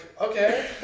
okay